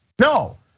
No